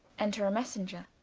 enter a messenger.